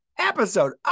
episode